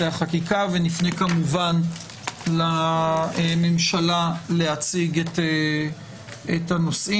החקיקה ונפנה כמובן לממשלה להציג את הנושאים.